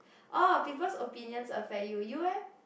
oh people's opinion's affect you you eh